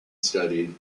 studied